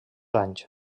anys